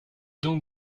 donc